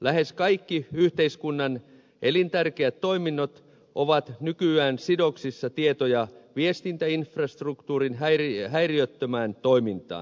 lähes kaikki yhteiskunnan elintärkeät toiminnot ovat nykyään sidoksissa tieto ja viestintäinfrastruktuurin häiriöttömään toimintaan